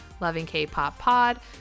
lovingkpoppod